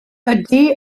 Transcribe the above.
ydy